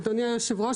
אדוני יושב הראש,